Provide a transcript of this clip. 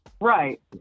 Right